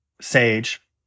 sage